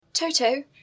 Toto